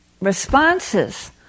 responses